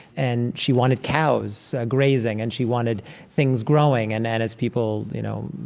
and she wanted cows grazing, and she wanted things growing. and and as people, you know,